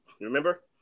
Remember